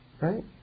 Right